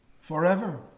Forever